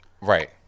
Right